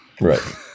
Right